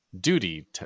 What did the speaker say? duty